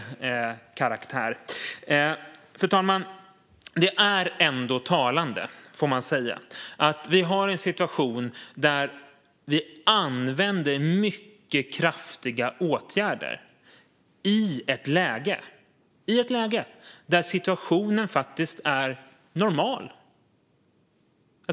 Fru talman! Det är ändå talande, får man säga, att vi använder mycket kraftiga åtgärder i ett läge där situationen faktiskt är normal.